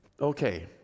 okay